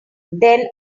then